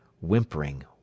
whimpering